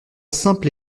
simple